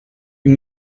you